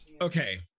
Okay